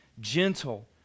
gentle